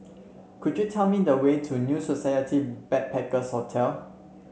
could you tell me the way to New Society Backpackers' Hotel